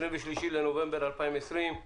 היום יום שני, 23 בנובמבר 2020,